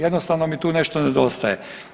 Jednostavno mi tu nešto nedostaje.